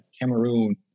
Cameroon